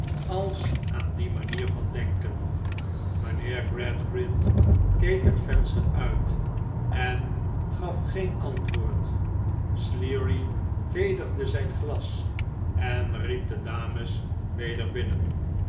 als aan die manier van denken mijnheer gradgrind keek net venster uit en gaf geen antwoord sleary ledigde zijn glas'en riep de dames weder binnen